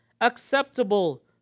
acceptable